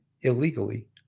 illegally